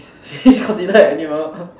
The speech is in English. fish considered animal